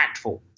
impactful